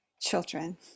children